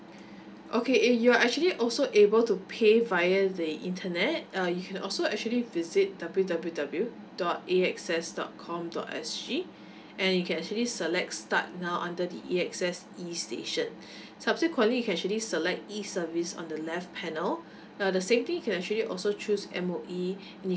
okay eh you are actually also able to pay via the internet uh you can also actually visit W W W dot A X S dot com dot S G and you can actually select start now under the E_X_S E station subsequently you can actually select E service on the left panel uh the same thing you can actually also choose M_O_E